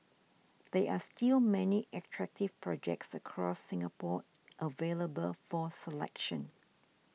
there are still many attractive projects across Singapore available for selection